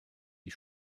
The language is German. die